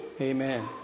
Amen